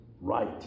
right